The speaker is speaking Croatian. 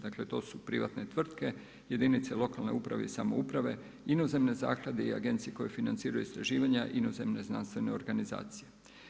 Dakle to su privatne tvrtke, jedinice lokalne uprave i samouprave, inozemne zaklade i agencije koje financiraju istraživanja inozemne znanstvene organizacije.